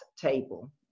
table